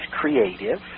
creative